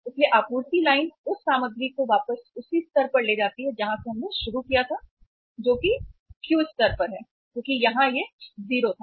इसलिए आपूर्ति लाइन उस सामग्री को वापस उसी स्तर पर ले जाती है जहां से हमने शुरू किया है जो कि Q स्तर पर है क्योंकि यह यहां 0 था